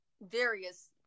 various